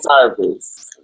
service